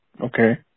Okay